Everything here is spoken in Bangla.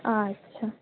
আচ্ছা